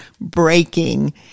breaking